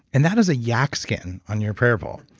and that is a yak skin on your prayer ball.